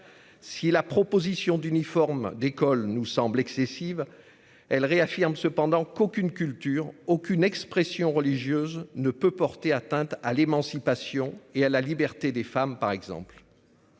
Si la proposition d'uniformes d'école nous semble excessive. Elle réaffirme cependant qu'aucune culture aucune expression religieuse ne peut porter atteinte à l'émancipation et à la liberté des femmes par exemple.